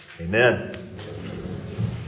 Amen